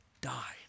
died